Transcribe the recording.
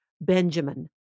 Benjamin